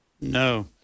No